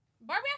Barbie